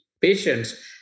patients